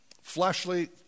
fleshly